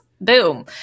boom